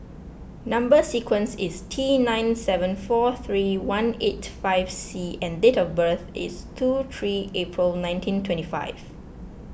Number Sequence is T nine seven four three one eight five C and date of birth is two three April nineteen twenty five